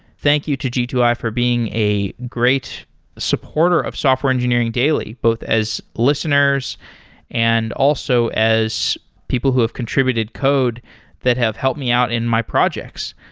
thank you to g two i for being a great supporter of software engineering daily, both as lis teners and also as people who have contr ibuted code that have helped me out in my projects.